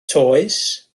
toes